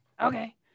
Okay